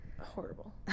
Horrible